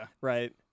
Right